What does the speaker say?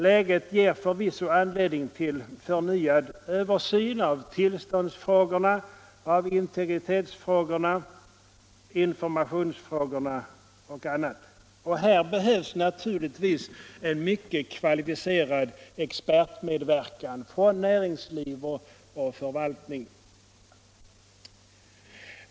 Läget ger förvisso anledning till förnyad översyn av tillståndsfrågorna, integritetsfrågorna, informationsfrågorna och annat. Här behövs naturligtvis en mycket kvalificerad expertmedverkan från näringsliv och förvaltning.